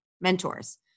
mentors